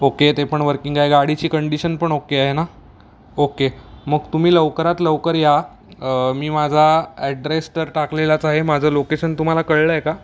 okay ते पण working आहे गाडीची कंडिशन पण ओक्के आहे ना ओक्के मग तुम्ही लवकरात लवकर या मी माझा ॲड्रेस तर टाकलेलाच आहे माझं लोकेशन तुम्हाला कळलं आहे का